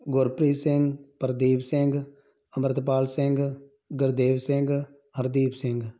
Gurpreet Singh Pradeep Singh Amritpal Singh Gurdev Singh Hardeep Singh